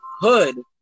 hood